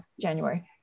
January